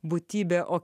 būtybė o